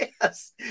Yes